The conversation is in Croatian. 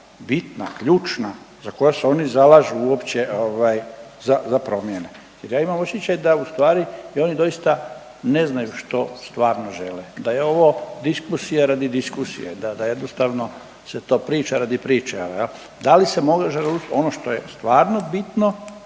bitna, ključna za koja se oni zalažu uopće za promjene jer ja imam osjećaj da ustvari i oni doista ne znaju što stvarno žele, da je ovo diskusija radi diskusije, da jednostavno se to priča radi priče? Da li se može ono što je stvarno bitno